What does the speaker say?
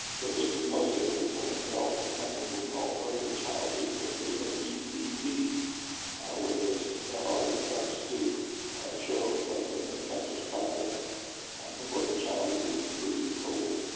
so this is most serious when it develops as something we call early childhood caries, or ecc, where this already starts to show as an infections process before the child is even three years old.